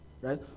right